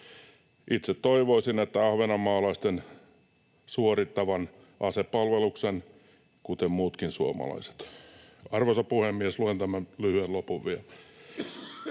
Itse toivoisin ahvenanmaalaisten suorittavan asepalveluksen kuten muutkin suomalaiset. Arvoisa puhemies! — Luen tämän lyhyen lopun vielä.